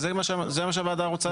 זה מה שהוועדה רוצה?